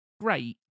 great